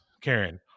Karen